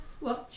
watch